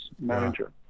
manager